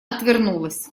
отвернулась